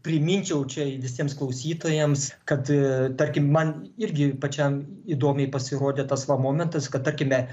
priminčiau čia visiems klausytojams kad tarkim man irgi pačiam įdomiai pasirodė tas va momentas kad tarkime